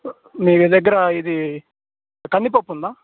మీ దగ్గర ఇది కందిపప్పు ఉందా